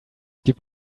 gibt